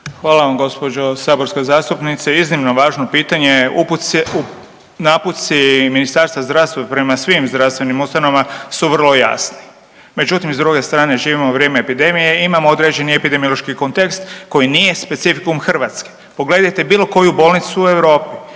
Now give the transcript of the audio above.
Hvala vam gđo. saborska zastupnice. Iznimno važno pitanje. .../nerazumljivo/... naputci Ministarstva zdravstva prema svim zdravstvenim ustanovama su vrlo jasni. Međutim, s druge strane, živimo u vrijeme epidemije i imamo određeni epidemiološki kontekst koji nije specifikum Hrvatske. Pogledajte bilo koju bolnicu u Europi,